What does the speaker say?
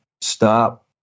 stop